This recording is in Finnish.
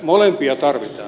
molempia tarvitaan